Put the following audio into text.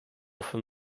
from